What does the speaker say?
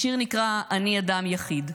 השיר נקרא: "אני אדם יחיד".